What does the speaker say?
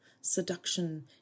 Seduction